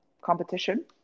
competition